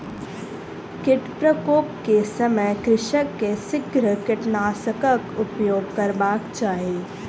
कीट प्रकोप के समय कृषक के शीघ्र कीटनाशकक उपयोग करबाक चाही